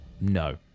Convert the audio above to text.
No